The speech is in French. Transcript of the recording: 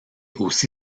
aussi